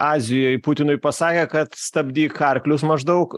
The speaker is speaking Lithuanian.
azijoj putinui pasakė kad stabdyk arklius maždaug